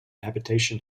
habitation